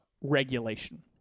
regulation